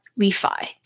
refi